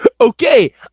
Okay